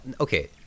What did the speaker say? okay